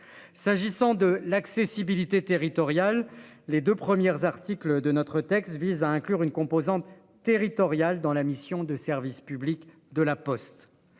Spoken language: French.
S'agissant de l'accessibilité territoriale. Les deux premières articles de notre texte vise à inclure une composante territoriale dans la mission de service public de la Poste